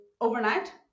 overnight